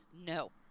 No